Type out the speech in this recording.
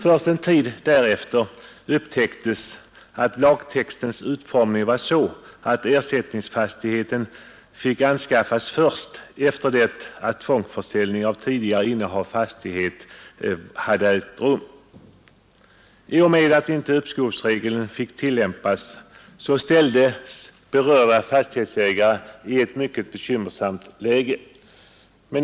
Först en tid därefter upptäcktes att lagtextens utformning var sådan att ersättningsfastigheten fick anskaffas först efter det att tvångsförsäljning av tidigare innehavd fastighet hade ägt rum. I och med att uppskovsregeln inte fick tillämpas ställdes berörda fastighetsägare i ett mycket bekymmersamt läge.